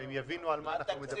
שהם יבינו על מה אנחנו מדברים.